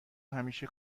همیشه